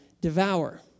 devour